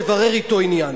לברר אתו עניין.